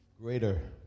greater